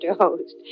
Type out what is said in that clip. Host